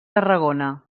tarragona